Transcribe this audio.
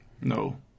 No